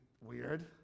weird